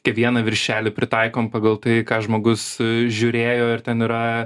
kiekvieną viršelį pritaikom pagal tai ką žmogus žiūrėjo ir ten yra